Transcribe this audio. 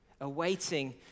awaiting